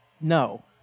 No